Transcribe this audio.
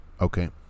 Okay